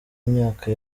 myaka